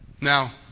Now